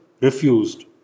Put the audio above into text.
refused